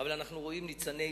אבל אנחנו רואים ניצני צמיחה.